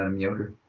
um yoder?